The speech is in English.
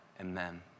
amen